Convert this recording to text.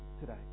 today